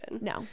No